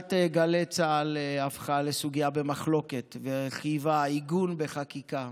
סוגיית גלי צה"ל הפכה לסוגיה במחלוקת וחייבה עיגון בחקיקה.